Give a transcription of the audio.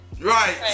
Right